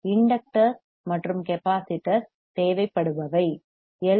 inductors மற்றும் capacitors தேவைப்படுபவை L